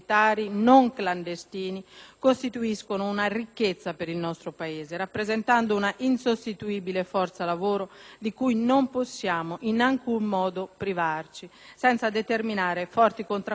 costituiscono una ricchezza per il nostro Paese, rappresentando una insostituibile forza lavoro di cui non possiamo in alcun modo privarci, senza determinare forti contraccolpi in alcuni settori: